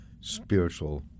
spiritual